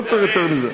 לא צריך יותר מזה.